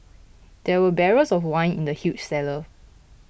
there were barrels of wine in the huge cellar